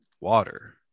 Water